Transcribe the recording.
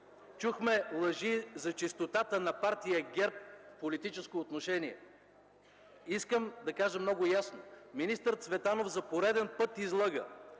Чухме лъжи за чистотата на Партия ГЕРБ в политическо отношение. Искам да кажа много ясно: министър Цветанов за пореден път излъга